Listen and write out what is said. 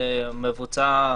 מבוצעת